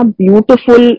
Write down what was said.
beautiful